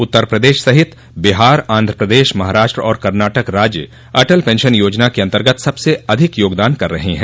उत्तर प्रदेश सहित बिहार आंध्र प्रदेश महाराष्ट्र और कर्नाटक राज्य अटल पेंशन योजना के अन्तर्गत सबसे अधिक योगदान कर रहे है